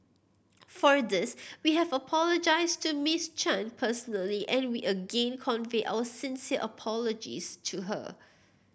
for this we have apologised to Miss Chan personally and we again convey our sincere apologies to her